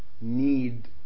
need